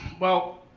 well,